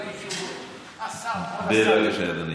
בבקשה, אדוני.